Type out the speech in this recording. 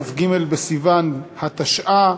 כ"ג בסיוון התשע"ה,